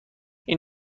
این